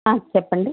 చెప్పండి